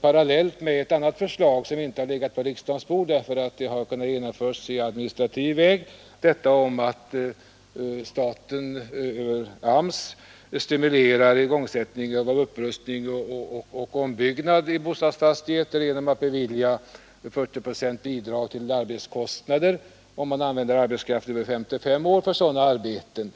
parallellt med ett annat förslag, som inte har legat på riksdagens bord därför att det har kunnat genomföras på administrativ väg, nämligen att staten via AMS stimulerar upprustning och ombyggnad av bostadsf: stigheter genom att bevilja 40 procents bidrag till arbetskostnaderna, om arbetskraft över 55 år används för sådana arbeten.